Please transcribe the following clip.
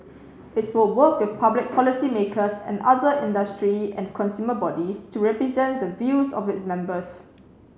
it will work with public policymakers and other industry and consumer bodies to represent the views of its members